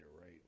right